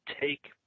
take